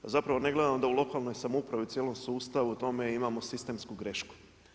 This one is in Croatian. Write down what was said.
Zapravo ne gledam da u lokalnoj samoupravi, u cijelom sustavu u tome imamo sistemsku grešku.